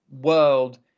world